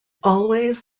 always